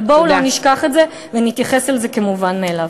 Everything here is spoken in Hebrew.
אבל בואו לא נשכח את זה ולא נתייחס לזה כאל מובן מאליו.